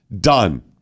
done